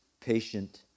patient